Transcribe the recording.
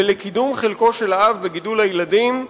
ולקידום חלקו של האב בגידול הילדים,